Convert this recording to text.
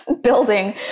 building